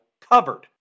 covered